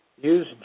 use